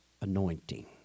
anointing